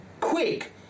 quick